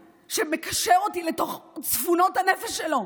שמקשר אותי לתוך צפונות הנפש שלו.